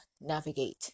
navigate